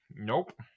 Nope